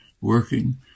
working